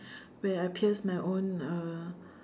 where I pierced my own uh